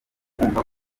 kumva